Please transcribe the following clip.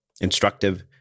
instructive